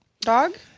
dog